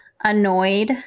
annoyed